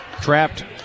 trapped